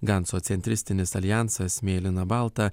ganco centristinis aljansas mėlyna balta